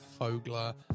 fogler